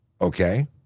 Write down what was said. Okay